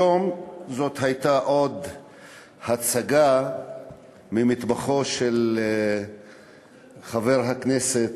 היום זו הייתה עוד הצגה ממטבחו של חבר הכנסת,